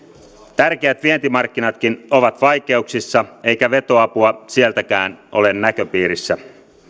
tärkeät vientimarkkinatkin ovat vaikeuksissa eikä vetoapua sieltäkään ole näköpiirissä